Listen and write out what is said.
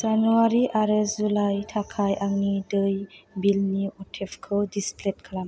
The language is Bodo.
जानुवारि आरो जुलाइ थाखाय आंनि दै बिलनि अटेपेखौ डिसेबोल खालाम